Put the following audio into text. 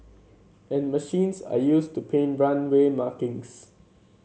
and machines are used to paint runway markings